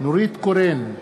נורית קורן,